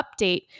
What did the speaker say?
update